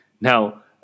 Now